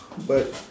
but